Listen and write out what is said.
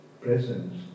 presence